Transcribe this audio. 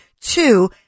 two